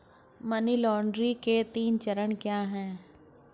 Money laundering के तीन चरण क्या हैं?